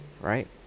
right